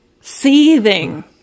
Seething